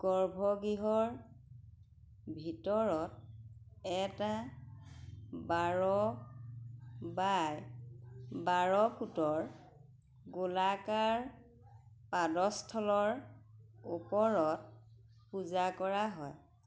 গৰ্ভগৃহৰ ভিতৰত এটা বাৰ বাই বাৰ ফুটৰ গোলাকাৰ পাদস্থলৰ ওপৰত পূজা কৰা হয়